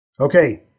Okay